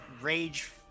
rage